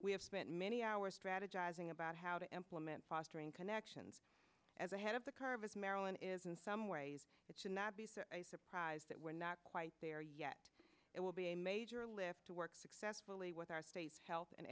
have spent many hours strategizing about how to implement fostering connections as ahead of the curve as marilyn is in some ways it should not be a surprise that we're not quite there yet it will be a major lift to work successfully with our state's health and